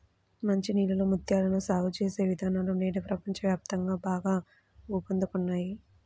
మంచి నీళ్ళలో ముత్యాలను సాగు చేసే విధానాలు నేడు ప్రపంచ వ్యాప్తంగా బాగా ఊపందుకున్నాయి